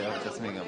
שלום